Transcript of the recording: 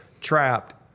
trapped